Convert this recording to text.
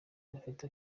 bufite